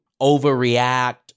overreact